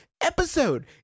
episode